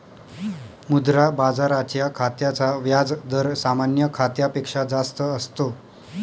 मुद्रा बाजाराच्या खात्याचा व्याज दर सामान्य खात्यापेक्षा जास्त असतो